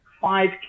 five